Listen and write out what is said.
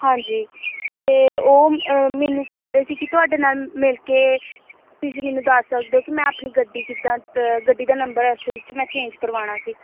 ਹਾਂਜੀ ਅਤੇ ਉਹ ਮੈਨੂੰ ਕਹਿ ਰਹੇ ਸੀ ਕਿ ਤੁਹਾਡੇ ਨਾਲ ਮਿਲ ਕੇ ਤੁਸੀਂ ਮੈਨੂੰ ਦੱਸ ਸਕਦੇ ਹੋ ਕਿ ਮੈਂ ਆਪਣੀ ਗੱਡੀ ਕਿੱਦਾਂ ਗੱਡੀ ਦਾ ਨੰਬਰ ਅਸਲ 'ਚ ਮੈਂ ਚੇਂਜ ਕਰਵਾਉਣਾ ਸੀ